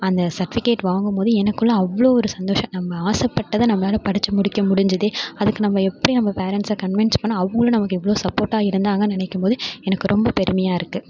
அந்த சர்ட்ஃபிகேட் வாங்கும்மோது எனக்குள்ளே அவ்வளோ ஒரு சந்தோஷம் நம்ம ஆசப்பட்டத நம்மளால படிச்சு முடிக்க முடிஞ்சுதே அதுக்கு நம்ப எப்படி நம்ப பேரன்ட்ஸை கன்வின்ஸ் பண்ணேன் அவங்களும் நமக்கு எவ்வளோ சப்போர்ட்டாக இருந்தாங்கன்னு நினைக்கும்போது எனக்கு ரொம்ப பெருமையா இருக்குது